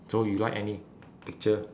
so you like any picture